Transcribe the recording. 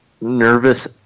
nervous